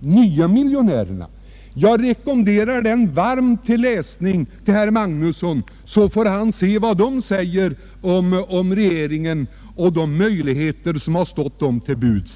nya miljonärerna. Jag rekommenderar varmt den boken till läsning åt herr Magnusson, så får han se vad dessa miljonärer säger om regeringen och de möjligheter som har stått dem till buds.